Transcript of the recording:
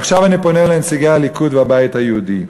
עכשיו אני פונה לנציגי הליכוד והבית היהודי: